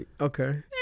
Okay